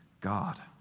God